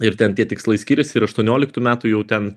ir ten tie tikslai skiriasi ir aštuonioliktų metų jau ten